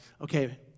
okay